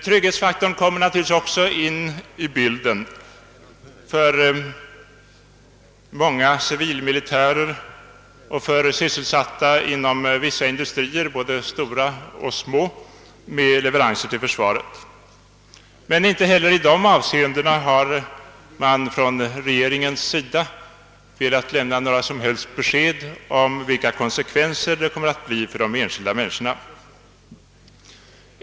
Trygghetsfaktorn kommer naturligtvis också in i bilden för många civilmilitärer och för dem som är sysselsatta inom vissa industrier, både stora och små, med leveranser till försvaret. Men inte heller i dessa avseenden har man från regeringens sida velat lämna några som helst besked om vilka konsekvenser det kommer att bli för de enskilda människorna.